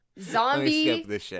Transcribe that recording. zombie